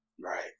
Right